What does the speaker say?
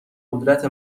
قدرت